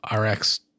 RX